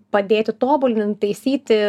padėti tobulin taisyti